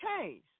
case